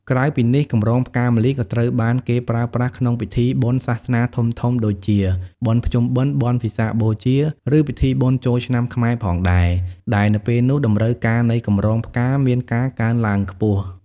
ក្រៅពីនេះកម្រងផ្កាម្លិះក៏ត្រូវបានគេប្រើប្រាស់ក្នុងពិធីបុណ្យសាសនាធំៗដូចជា បុណ្យភ្ជុំបិណ្ឌ បុណ្យវិសាខបូជា ឬពិធីបុណ្យចូលឆ្នាំខ្មែរផងដែរ ដែលនៅពេលនោះតម្រូវការនៃកម្រងផ្កាមានការកើនឡើងខ្ពស់។